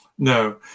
No